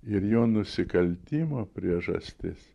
ir jo nusikaltimo priežastis